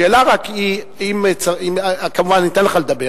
השאלה רק היא, כמובן, אני אתן לך לדבר,